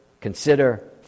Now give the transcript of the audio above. consider